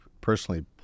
personally